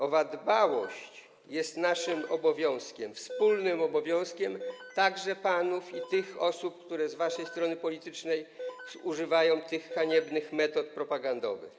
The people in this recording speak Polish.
Owa dbałość jest naszym obowiązkiem, wspólnym obowiązkiem, także panów i tych osób, które z waszej strony politycznej używają tych haniebnych metod propagandowych.